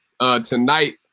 tonight